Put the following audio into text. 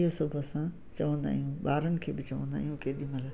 इहो सभु असां चवंदा आहियूं ॿारनि खे बि चवंदा आहियूं केॾीमहिल